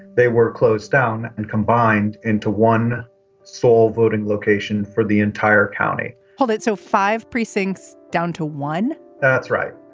they were closed down and combined into one full voting location for the entire county well, that so five precincts down to one that's right.